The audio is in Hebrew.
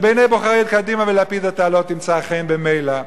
ובעיני בוחרי קדימה ולפיד אתה לא תמצא חן במילא.